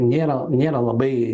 nėra nėra labai